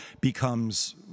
becomes